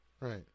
Right